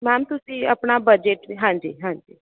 ma'am ਤੁਸੀਂ ਆਪਣਾ budget ਹਾਂਜੀ ਹਾਂਜੀ